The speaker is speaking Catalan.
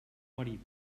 marit